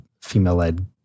female-led